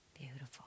beautiful